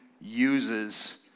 uses